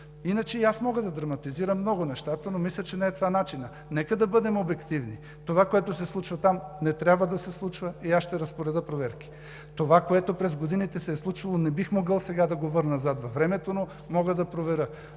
Иначе и аз мога да драматизирам много нещата, но мисля, че това не е начинът. Нека да бъдем обективни. Това, което се случва там, не трябва да се случва и ще разпоредя проверки. Това, което през годините се е случвало, не бих могъл сега да го върна назад във времето, но мога да проверя.